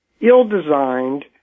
ill-designed